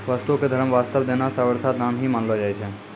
वस्तु क धर्म वास्तअ देना सर्वथा दान ही मानलो जाय छै